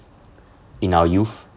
in our youth